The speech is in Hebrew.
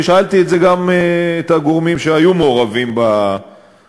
ושאלתי את זה גם את הגורמים שהיו מעורבים בנושא.